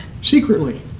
secretly